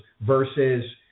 versus